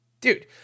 dude